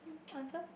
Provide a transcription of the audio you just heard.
mm answer